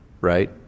right